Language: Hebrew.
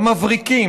המבריקים,